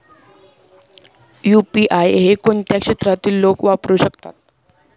UPI हे कोणत्या क्षेत्रातील लोक वापरू शकतात?